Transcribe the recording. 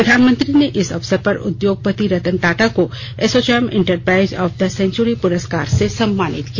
प्रधानमंत्री ने इस अवसर पर उद्योगपति रतन टाटा को ASSOCHAM enterprise of the century पुरस्कार से सम्मानित किया